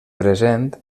present